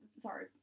Sorry